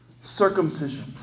circumcision